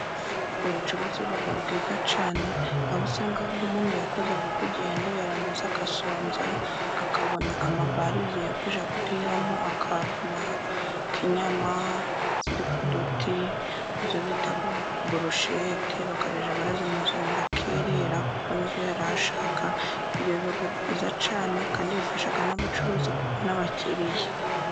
Ubucuruzi buba bwiza cyane, aho usanga nk'umuntu yakoze nk'urugendo yarangiza agasonza akabona amabarizi yo kujya kuriramo, akabona nk'inyama ziri ku duti izo bita burushete, bakazajya barazimuzanira akirira kuko ni zo yari ashaka, ibyo biba byiza cyane kandi bifasha n'abacuruzi kubona abakiriya.